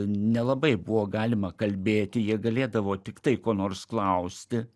nelabai buvo galima kalbėti jie galėdavo tiktai ko nors klausti